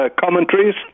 commentaries